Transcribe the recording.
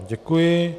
Děkuji.